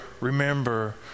remember